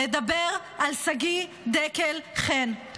לדבר על שגיא דקל חן.